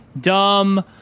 dumb